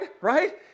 right